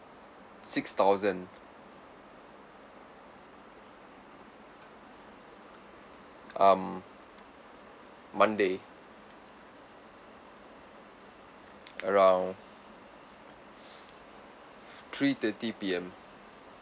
six thousand um monday around three thirty P_M